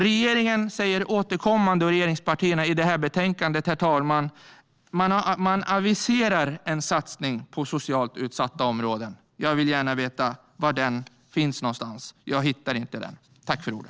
Regeringspartierna säger återkommande och även i detta betänkande att de aviserar en satsning på socialt utsatta områden. Jag vill gärna veta var denna finns, för jag hittar den inte.